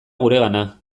guregana